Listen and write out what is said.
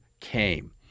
came